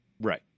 Right